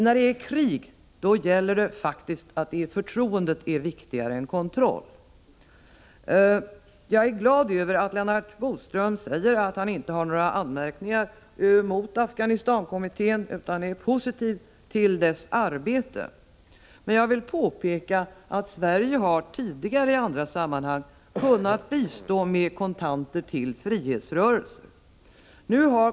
När det är krig är förtroendet faktiskt viktigare än kontroll. Jag är glad över att Lennart Bodström säger att han inte har några anmärkningar mot Afghanistan-kommittén utan är positiv till dess arbete. Men jag vill påpeka att Sverige tidigare, i andra sammanhang, kunnat bistå med kontanter till frihetsrörelser.